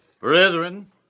Brethren